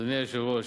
אדוני היושב-ראש,